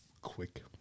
quick